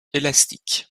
élastiques